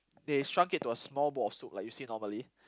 they shrunk it to a small bowl of soup like you see normally